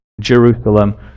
Jerusalem